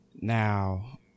now